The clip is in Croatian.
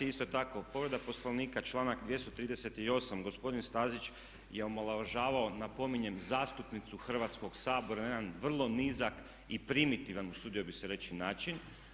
Isto tako povreda Poslovnika članak 238. gospodin Stazić je omalovažavao napominjem zastupnicu Hrvatskog sabora na jedan vrlo nizak i primitivan usudio bih se reći način.